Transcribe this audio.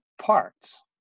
parts